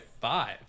five